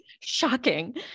shocking